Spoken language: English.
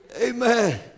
Amen